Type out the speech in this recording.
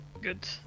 Good